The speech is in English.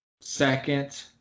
second